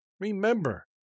Remember